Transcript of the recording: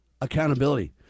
accountability